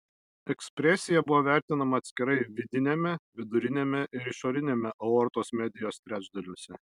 ekspresija buvo vertinama atskirai vidiniame viduriniame ir išoriniame aortos medijos trečdaliuose